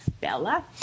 Bella